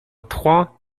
trois